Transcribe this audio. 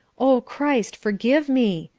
oh christ, forgive me!